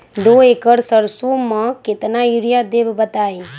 दो एकड़ सरसो म केतना यूरिया देब बताई?